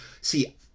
see